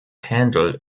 händel